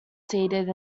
seated